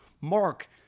Mark